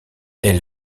elle